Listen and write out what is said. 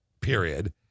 Period